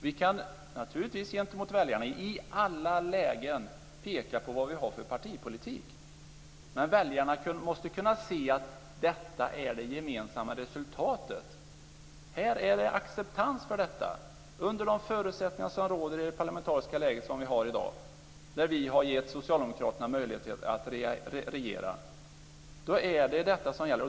Vi kan naturligtvis i alla lägen peka på vår partipolitik gentemot väljarna, men väljarna måste kunna se att detta är det gemensamma resultatet. Det finns acceptans för detta under de förutsättningar som råder och i det parlamentariska läge som vi har i dag där vi har gett Socialdemokraterna möjlighet att regera. Då är det detta som gäller.